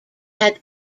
had